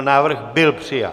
Návrh byl přijat.